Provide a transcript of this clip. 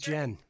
Jen